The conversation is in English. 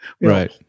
right